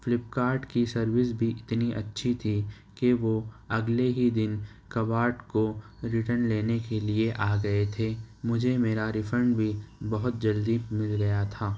flip cart کی service بھی اتنی اچھی تھی کہ وہ اگلے ہی دِن کب اٹ کو ریٹرن لینے کے لیے آ گئے تھے مجھے میرا ریفنڈ بھی بہت جلدی مِل گیا تھا